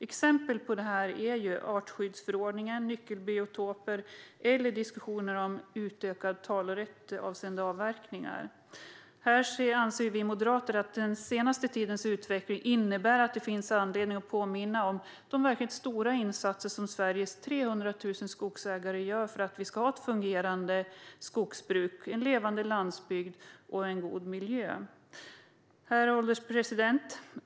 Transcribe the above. Exempel på detta är artskyddsförordningen, nyckelbiotoper eller diskussionen om utökad talerätt avseende avverkningar. Vi moderater anser att den senaste tidens utveckling innebär att det finns anledning att påminna om de verkligt stora insatser som Sveriges 300 000 skogsägare gör för att vi ska ha ett fungerande skogsbruk, en levande landsbygd och en god miljö. Herr ålderspresident!